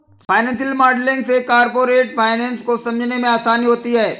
financial modelling से corporate finance को समझने में आसानी होती है